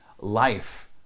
life